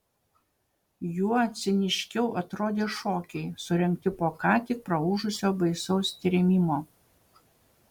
juo ciniškiau atrodė šokiai surengti po ką tik praūžusio baisaus trėmimo